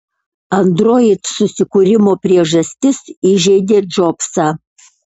android susikūrimo priežastis įžeidė džobsą